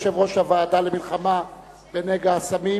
יושב-ראש הוועדה למלחמה בנגע הסמים